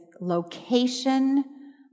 location